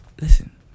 Listen